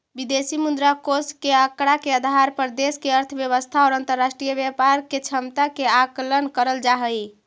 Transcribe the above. विदेशी मुद्रा कोष के आंकड़ा के आधार पर देश के अर्थव्यवस्था और अंतरराष्ट्रीय व्यापार के क्षमता के आकलन करल जा हई